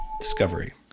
Discovery